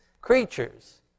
creatures